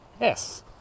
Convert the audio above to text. yes